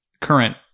current